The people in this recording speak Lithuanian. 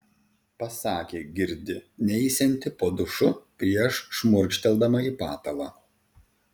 pasakė girdi neisianti po dušu prieš šmurkšteldama į patalą